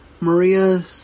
Maria